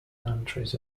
countries